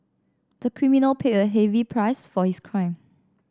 the criminal paid a heavy price for his crime